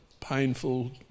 painful